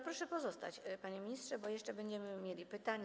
Proszę pozostać, panie ministrze, bo jeszcze będzie pytanie.